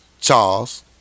Charles